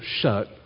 shut